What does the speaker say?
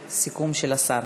סיכום של השר.